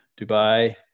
Dubai